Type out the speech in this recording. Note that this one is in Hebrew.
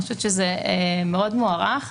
וזה מאוד מוערך.